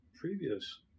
previous